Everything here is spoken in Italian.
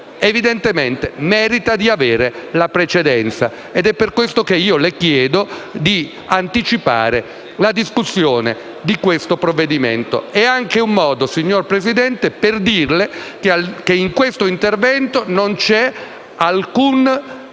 evidentemente merita di avere la precedenza. Per questo io le chiedo di anticipare la discussione di questo provvedimento. È anche un modo, signor Presidente, per dirle che in questo intervento non c'è alcuna volontà